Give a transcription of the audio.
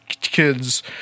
kids